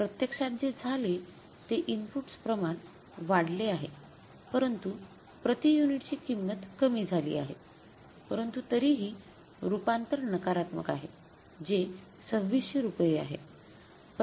प्रत्यक्षात जे झाले ते इनपुटस प्रमाण वाढले आहे परंतु प्रति युनिटची किंमत कमी झाली आहे परंतु तरीही रूपांतर नकारात्मक आहे जे २६०० रुपये आहे